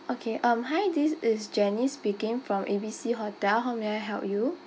okay um hi this is janice speaking from A B C hotel how may I help you